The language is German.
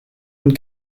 und